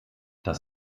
das